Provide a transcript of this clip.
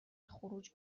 خروج